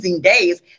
Days